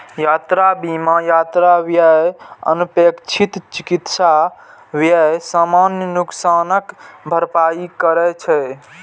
यात्रा बीमा यात्रा व्यय, अनपेक्षित चिकित्सा व्यय, सामान नुकसानक भरपाई करै छै